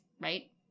right